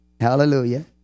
Hallelujah